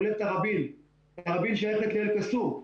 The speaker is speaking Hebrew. כולל תראבין ששייכת לאל קסום,